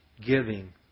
giving